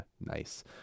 nice